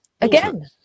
again